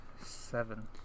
seven